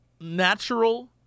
natural